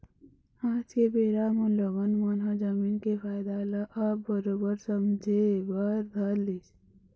आज के बेरा म लोगन मन ह जमीन के फायदा ल अब बरोबर समझे बर धर लिस